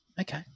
Okay